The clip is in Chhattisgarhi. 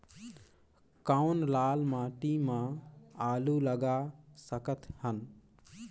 कौन लाल माटी म आलू लगा सकत हन?